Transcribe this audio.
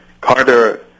Carter